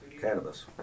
cannabis